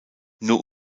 nur